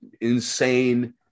insane